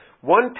One